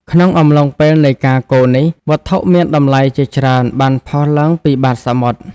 ក្នុងអំឡុងពេលនៃការកូរនេះ វត្ថុមានតម្លៃជាច្រើនបានផុសឡើងពីបាតសមុទ្រ។